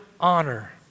Honor